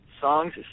songs